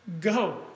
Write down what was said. Go